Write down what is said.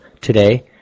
today